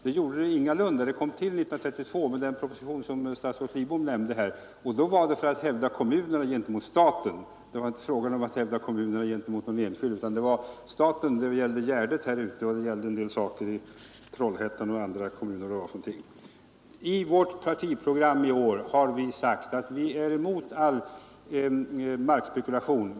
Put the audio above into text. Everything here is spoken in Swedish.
Det gjorde det ingalunda. Det kom till 1932 genom den ML proposition som statsrådet Lidbom nämnde, och då var det fråga om att hävda kommunernas rätt, inte gentemot någon enskild utan gentemot staten; det gällde Gärdet, en del områden i Trollhättan och några andra kommuner. I vårt partiprogram i år har vi sagt att vi är emot all markspekulation.